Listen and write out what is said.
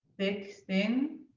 thick, thin,